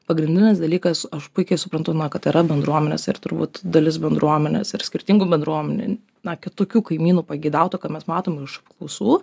pagrindinis dalykas aš puikiai suprantu kad yra bendruomenės ir turbūt dalis bendruomenės ir skirtingų bendruomenių na kitokių kaimynų pageidautų kad mes matom už ausų